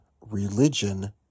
religion